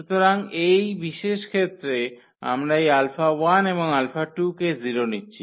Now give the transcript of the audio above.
সুতরাং এই বিশেষ ক্ষেত্রে আমরা এই 𝛼1 আর 𝛼2 কে 0 নিচ্ছি